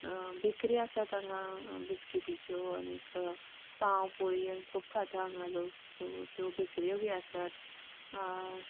bakery आसात हांगा बिस्किटिच्यो आनीक पाव पोळी खूब खाता हांगा लोक सो त्यो बेकऱ्योय बी आसात